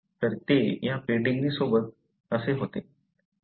तर ते या पेडीग्री सोबत असे होते